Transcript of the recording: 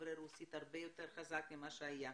לדוברי רוסית הרבה יותר חזק ממה שהיה.